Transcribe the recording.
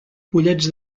pollets